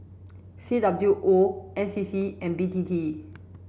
C W O N C C and B T T